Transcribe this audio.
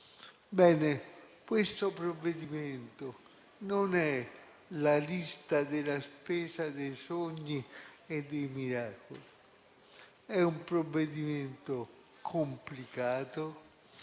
adesso. Questo provvedimento non è la lista della spesa dei sogni e dei miracoli. È un provvedimento complicato,